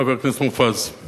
חבר הכנסת מופז,